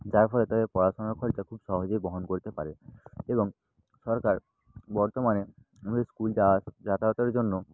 যার ফলে তাদের পড়াশোনার খরচা খুব সহজেই বহন করতে পারে এবং সরকার বর্তমানে আমাদের স্কুল যাওয়া আসা যাতায়াতের জন্য